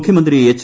മുഖ്യമന്ത്രി എച്ച്